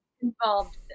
involved